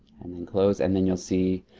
and then close. and then you'll see